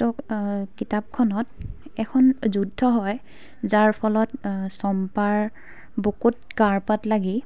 তো কিতাপখনত এখন যুদ্ধ হয় যাৰ ফলত চম্পাৰ বুকুত কাঁড়পাট লাগি